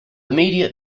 immediate